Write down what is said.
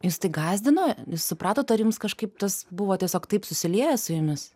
jus tai gąsdino jūs supratot ar jums kažkaip tas buvo tiesiog taip susilieję su jumis